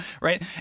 Right